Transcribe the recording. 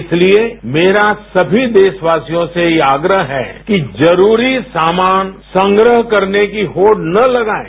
इसलिये मेरा सभी देशवासियों से यह आग्रह है कि जरूरी सामान संग्रह करने की होड़ ना लगायें